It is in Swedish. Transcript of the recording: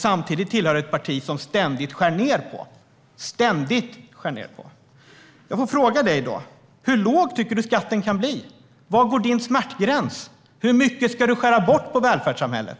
Samtidigt tillhör du ett parti som ständigt - ständigt - skär ned på den. Jag vill fråga dig: Hur låg tycker du att skatten kan bli? Var går din smärtgräns? Hur mycket ska du skära bort från välfärdssamhället?